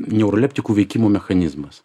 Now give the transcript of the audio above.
neuroleptikų veikimo mechanizmas